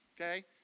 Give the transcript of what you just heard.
okay